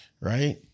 right